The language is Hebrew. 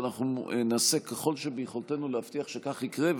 ואנחנו נעשה ככל שביכולתנו להבטיח שכך יקרה,